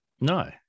No